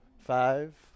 Five